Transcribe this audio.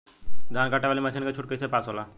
धान कांटेवाली मासिन के छूट कईसे पास होला?